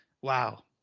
Wow